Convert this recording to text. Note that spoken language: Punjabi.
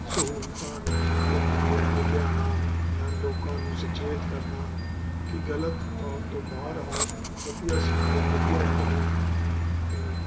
ਸਹੂਲਤਾਂ ਨੂੰ ਲੋਕਾਂ ਦੇ ਅੱਗੇ ਲਿਆਉਣਾ ਜਾਂ ਲੋਕਾਂ ਨੂੰ ਸੁਚੇਤ ਕਰਨਾ ਕਿ ਗਲਤ ਤੌਰ ਤੋਂ ਬਾਹਰ ਆਓ ਵਧੀਆ ਸਿੱਖੋ ਵਧੀਆ ਪੜ੍ਹੋ ਅਤੇ